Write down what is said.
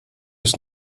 ist